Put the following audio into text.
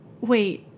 wait